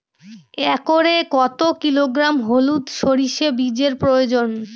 একরে কত কিলোগ্রাম হলুদ সরষে বীজের প্রয়োজন?